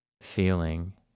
feeling